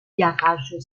garage